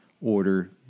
order